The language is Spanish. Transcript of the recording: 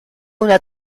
una